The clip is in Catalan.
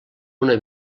una